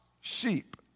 sheep